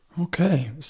Okay